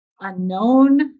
unknown